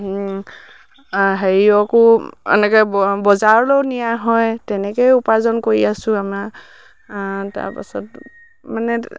হেৰিয়কো এনেকৈ বজাৰলৈয়ো নিয়া হয় তেনেকৈয়ে উপাৰ্জন কৰি আছোঁ আমাৰ তাৰপাছত মানে